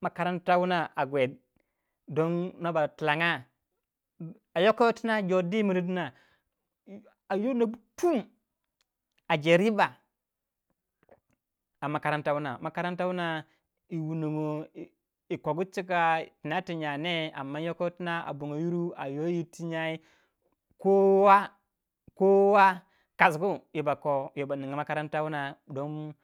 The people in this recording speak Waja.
Makaranata wuna a guwei ding no ba tilanga a yoko yitina jor di mir dina a yo nuwa tum a je riba a makaranta wuna yi wunongo yi kogu cika toti nya ne amma yokoyitina a yo yir ti nyai kowa kowa kasgu yo bako a kasgu ba ninga makaranta don